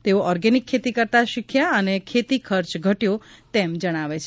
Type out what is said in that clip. તેઓ ઓર્ગેનીક ખેતી કરતા શીખ્યા અને ખેતી ખર્ચ ઘટ્યો તેમ જણાવે છે